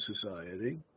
society